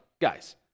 guys